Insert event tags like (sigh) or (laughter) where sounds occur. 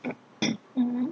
(coughs) mmhmm